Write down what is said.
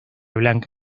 blanca